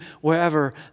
wherever